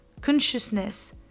consciousness